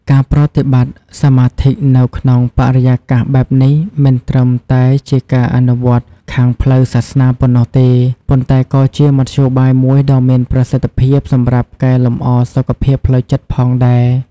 ការប្រតិបត្តិសមាធិនៅក្នុងបរិយាកាសបែបនេះមិនត្រឹមតែជាការអនុវត្តន៍ខាងផ្លូវសាសនាប៉ុណ្ណោះទេ ប៉ុន្តែក៏ជាមធ្យោបាយមួយដ៏មានប្រសិទ្ធភាពសម្រាប់កែលម្អសុខភាពផ្លូវចិត្តផងដែរ។